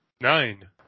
Nine